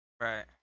right